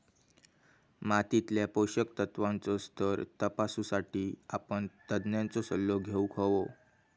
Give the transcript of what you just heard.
मातीतल्या पोषक तत्त्वांचो स्तर तपासुसाठी आपण तज्ञांचो सल्लो घेउक हवो